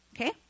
Okay